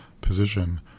position